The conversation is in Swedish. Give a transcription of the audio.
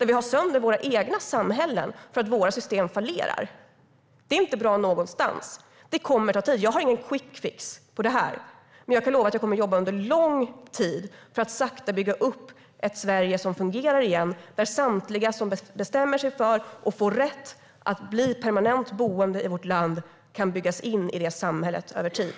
Vi tar sönder våra egna samhällen för att våra system fallerar. Detta kommer att ta tid. Jag har ingen quickfix för detta, men jag kan lova att jag kommer att jobba under lång tid för att sakta bygga upp ett Sverige som fungerar igen, där samtliga som bestämmer sig för och får rätt att bli permanent boende i vårt land kan byggas in i samhället över tid.